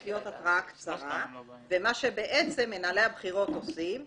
להיות התראה קצרה ומה שבעצם מנהלי הבחירות עושים,